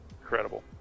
incredible